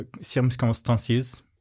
circumstances